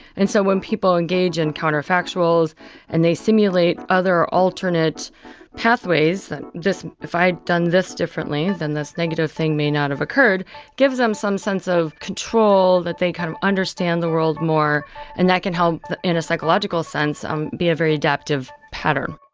and so when people engage in counterfactuals and they simulate other alternate pathways just if i had done this differently, then this negative thing may not have occurred gives them some sense of control that they kind of understand the world more and that can help, in a psychological sense, um be a very adaptive pattern